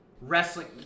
wrestling